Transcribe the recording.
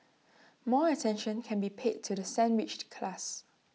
more attention can be paid to the sandwiched class